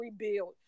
rebuild